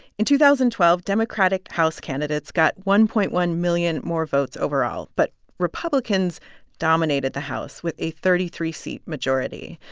in two thousand and twelve, democratic house candidates got one point one million more votes overall, but republicans dominated the house with a thirty three seat majority.